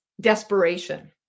desperation